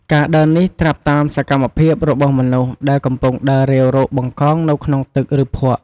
ការដើរនេះត្រាប់តាមសកម្មភាពរបស់មនុស្សដែលកំពុងដើររាវរកបង្កងនៅក្នុងទឹក ឬភក់។